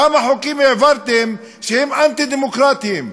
כמה חוקים העברתם שהם אנטי-דמוקרטיים.